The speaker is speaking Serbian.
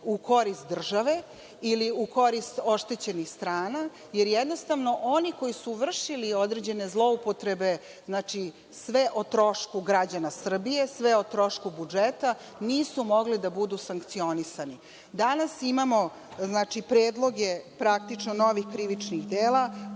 u korist države ili u korist oštećene strane, jer oni koji su vršili određene zloupotrebe, znači sve o trošku građana Srbije, sve o trošku budžeta, nisu mogli da budu sankcionisani. Danas imamo predloge novih krivičnih dela.